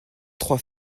trois